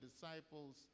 disciples